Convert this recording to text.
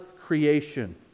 creation